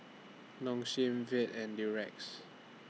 Nong Shim Veet and Durex